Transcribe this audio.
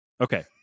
Okay